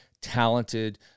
talented